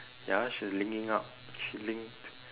ya she linking up she linked